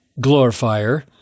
glorifier